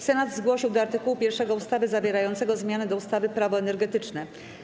Senat zgłosił do art. 1 ustawy zawierającego zmiany do ustawy - Prawo energetyczne.